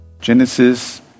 Genesis